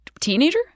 teenager